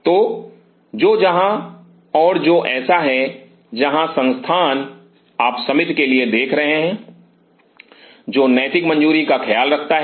तो जो जहां और जो ऐसा है जहां संस्थान आप समिति के लिए देख रहे हैं जो नैतिक मंजूरी का ख्याल रखता है